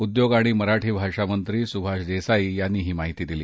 उद्योग आणि मराठी भाषामंत्री सुभाष देसाई यांनी ही माहिती दिली